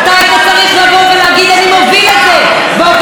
אתה היית צריך לבוא ולהגיד: אני מוביל את זה באופוזיציה,